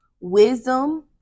wisdom